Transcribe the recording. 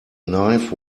knife